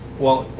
well,